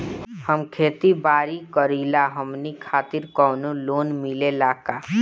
हम खेती बारी करिला हमनि खातिर कउनो लोन मिले ला का?